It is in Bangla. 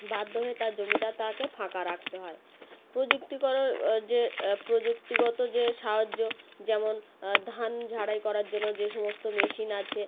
বাধ্য হয়ে তার জমিটা তাকে ফাঁকা রাখতে হয় প্রযুক্তি করার যে প্রযুক্তিগত যে সাহায্য যেমন ধান ঝাড়াই করার জন্য যে সমস্ত মেশিন আছে